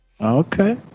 okay